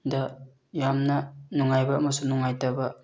ꯗ ꯌꯥꯝꯅ ꯅꯨꯡꯉꯥꯏꯕ ꯑꯃꯁꯨꯡ ꯅꯨꯡꯉꯥꯏꯇꯕ